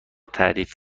تعریف